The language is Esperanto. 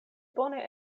bone